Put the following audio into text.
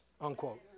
Unquote